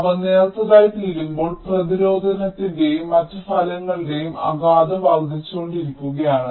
അവ നേർത്തതായിത്തീരുമ്പോൾ പ്രതിരോധത്തിന്റെയും മറ്റ് ഫലങ്ങളുടെയും ആഘാതം വർദ്ധിച്ചുകൊണ്ടിരിക്കുകയാണ്